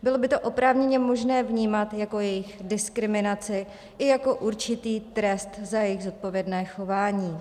Bylo by to oprávněně možné vnímat jako jejich diskriminaci i jako určitý trest za jejich zodpovědné chování.